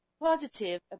positive